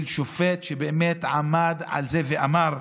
של שופט שבאמת עמד על זה ואמר: